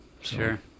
Sure